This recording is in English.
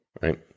right